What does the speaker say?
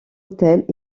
hôtels